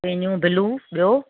पैनियूं blue ॿियो